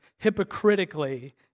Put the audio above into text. hypocritically